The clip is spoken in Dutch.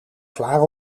klaar